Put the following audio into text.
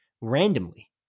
randomly